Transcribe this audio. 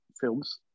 films